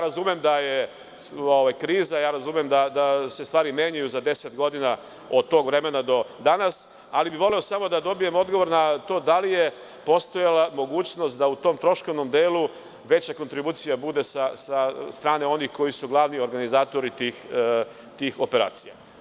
Razumem da je kriza, da se stvari menjaju za 10 godina od tog vremena do danas, ali bih voleo da dobijem odgovor na to da li je postojala mogućnost da u tom troškovnom delu veća kontribucija bude sa strane onih koji su glavni organizatori tih operacija.